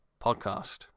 podcast